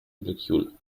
molecule